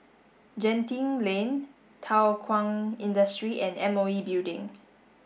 Genting Lane Thow Kwang Industry and M O E Building